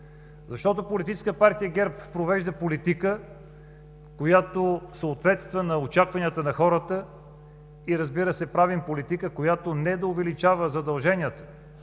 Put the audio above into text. ГЕРБ. Политическа партия ГЕРБ провежда политика, която съответства на очакванията на хората и, разбира се, правим политика, която не е да увеличава задълженията